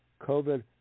COVID